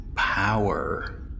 power